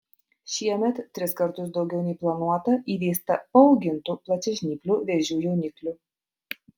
šiemet tris kartus daugiau nei planuota įveista paaugintų plačiažnyplių vėžių jauniklių